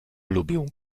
lubił